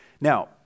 Now